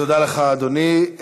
תודה לך, אדוני.